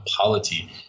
polity